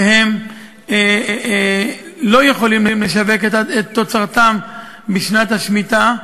שלא יכולים לשווק את תוצרתם בשנת השמיטה,